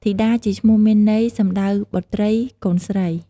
ធីតា ជាឈ្មោះ មានន័យ សំដៅ បុត្រី កូនស្រី។